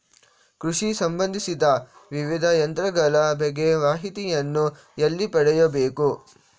ಕೃಷಿ ಸಂಬಂದಿಸಿದ ವಿವಿಧ ಯಂತ್ರಗಳ ಬಗ್ಗೆ ಮಾಹಿತಿಯನ್ನು ಎಲ್ಲಿ ಪಡೆಯಬೇಕು?